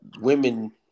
women